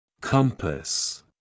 Compass